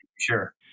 Sure